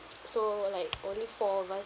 so like only four of us